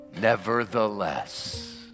Nevertheless